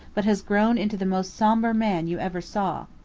but has grown into the most sombre man you ever saw.